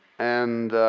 and